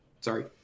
sorry